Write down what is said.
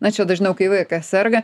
na čia jau dažniau kai vaikas serga